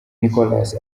nicholas